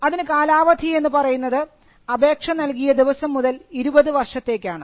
അതിന് കാലാവധി എന്ന് പറയുന്നത് അപേക്ഷ നൽകിയ ദിവസം മുതൽ 20 വർഷത്തേക്കാണ്